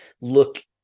look